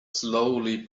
slowly